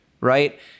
right